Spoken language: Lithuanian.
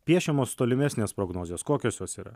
piešiamos tolimesnės prognozės kokios jos yra